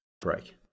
Break